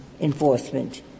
enforcement